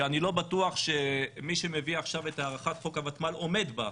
שאני לא בטוח שמי שמביא עכשיו את הארכת חוק הוותמ"ל עומד בה.